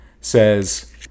says